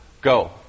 go